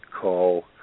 call